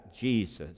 Jesus